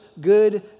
good